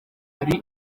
hari